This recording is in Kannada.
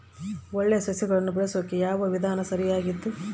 ಒಳ್ಳೆ ಸಸಿಗಳನ್ನು ಬೆಳೆಸೊಕೆ ಯಾವ ವಿಧಾನ ಸರಿಯಾಗಿದ್ದು?